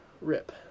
rip